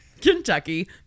Kentucky